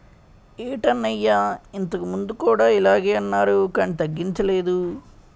ఏటన్నయ్యా ఇంతకుముందు కూడా ఇలగే అన్నారు కానీ తగ్గించలేదు